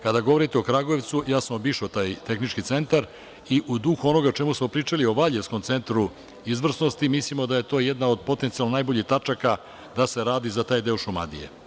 Kada govorite o Kragujevcu, ja sam obišao taj tehnički centar i u duhu onoga o čemu smo pričali o valjevskom Centru izvrsnosti, mislimo da je to jedna od potencijalno najboljih tačaka da se radi za taj deo Šumadije.